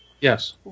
Yes